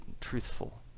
truthful